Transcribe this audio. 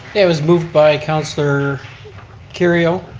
it was moved by councilor kerrio,